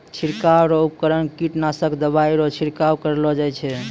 छिड़काव रो उपकरण कीटनासक दवाइ रो छिड़काव करलो जाय छै